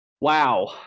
Wow